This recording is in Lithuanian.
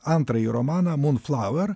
antrąjį romaną mūn flauer